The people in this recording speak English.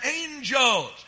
angels